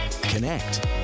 Connect